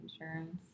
insurance